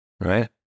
right